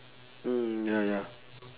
mm ya ya